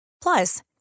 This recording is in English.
Plus